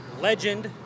legend